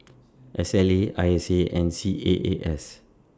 S L A I S A and C A A S